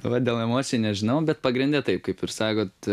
va dėl emocijų nežinau bet pagrinde taip kaip ir sakot